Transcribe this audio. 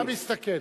אתה מסתכל.